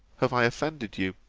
have i offended you,